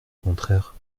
contraire